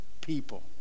people